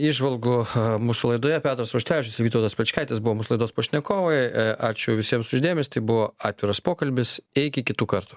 įžvalgų mūsų laidoje petras auštrevičius ir vytautas pečkaitis buvo mūsų laidos pašnekovai ačiū visiems už dėmesį tai buvo atviras pokalbis iki kitų kartų